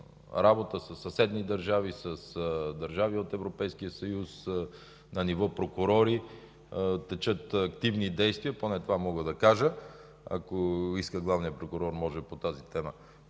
работа със съседни държави, с държави от Европейския съюз, на ниво прокурори текат активни действия, поне това мога да кажа. Ако иска, главният прокурор може по тази тема